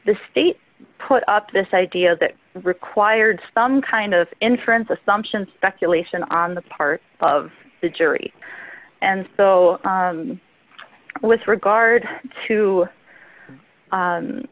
the state put up this idea that required some kind of inference assumption speculation on the part of the jury and so with regard to